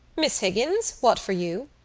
miss higgins, what for you?